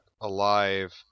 alive